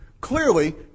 Clearly